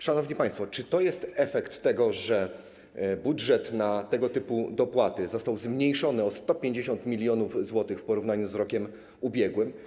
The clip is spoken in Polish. Szanowni państwo, czy to jest efekt tego, że budżet na tego typu dopłaty został zmniejszony o 150 mln zł w porównaniu z budżetem na rok ubiegły?